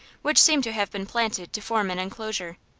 which seemed to have been planted to form an enclosure.